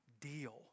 deal